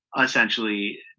essentially